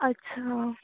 ਅੱਛਾ